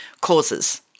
causes